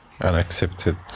unaccepted